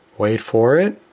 wait for it.